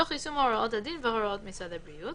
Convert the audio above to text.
(1א)המזכיר הראשי כמשמעותו בסעיף